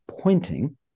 pointing